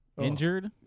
injured